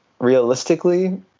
realistically